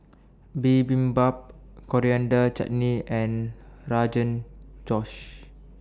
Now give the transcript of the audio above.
Bibimbap Coriander Chutney and Rogan Josh